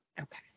Okay